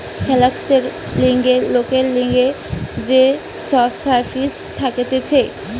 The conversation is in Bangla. ফিন্যান্সের লিগে লোকের লিগে যে সব সার্ভিস থাকতিছে